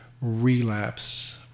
relapse